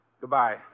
Goodbye